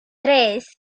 tres